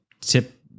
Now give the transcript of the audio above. tip